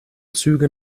züge